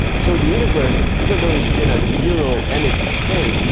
so the universe, even though it is in a zero energy state,